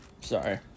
Sorry